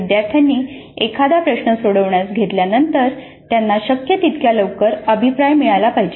विद्यार्थ्यांनी एखादा प्रश्न सोडवण्यास घेतल्यानंतर त्यांना शक्य तितक्या लवकर अभिप्राय मिळाला पाहिजे